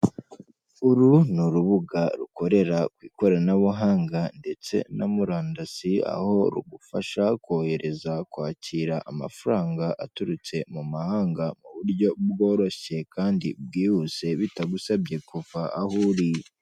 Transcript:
Uru ni urubuga rukorera ku ikoranabuhanga ndetse na murandasi, aho rugufasha kohereza, kwakira amafaranga aturutse mu mahanga mu buryo bworoshye kandi bwihuse bitagusabye kuva aho uri.